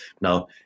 Now